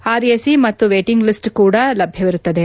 RAC ಮತ್ತು waiting list ticket ಕೂಡ ಲಭ್ಯವಿರುತ್ತದೆ